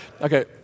Okay